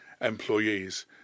employees